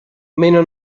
meno